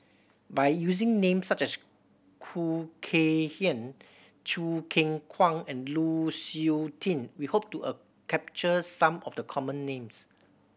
by using names such as Khoo Kay Hian Choo Keng Kwang and Lu Suitin we hope to capture some of the common names